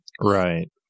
Right